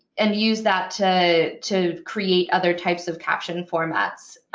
and use that to to create other types of caption formats.